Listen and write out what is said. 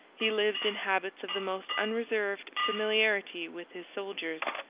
he lived in habits of the most unreserved familiarity with his soldiers.